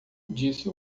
disse